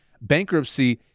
bankruptcy